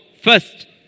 first